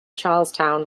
charlestown